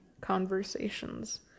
conversations